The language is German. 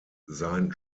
sein